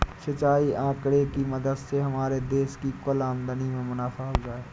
सिंचाई आंकड़े की मदद से हमारे देश की कुल आमदनी में मुनाफा हुआ है